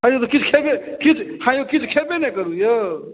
आँए यौ तऽ किछु खएबे किछु आँए यौ किछु खएबे नहि करू यौ